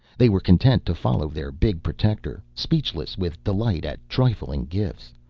they were content to follow their big protector, speechless with delight at trifling gifts.